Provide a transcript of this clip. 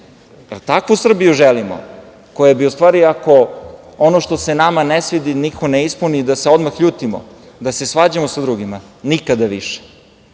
takvu Srbiju želimo, koja bi u stvari, ako ono što se nama ne svidi i niko ne ispuni, da se odmah ljutimo, da se svađamo sa drugima? Nikada više.